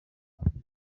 afurika